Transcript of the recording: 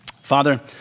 Father